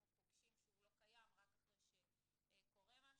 פוגשים שהוא לא קיים רק אחרי שקורה משהו.